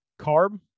Carb